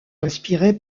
inspiré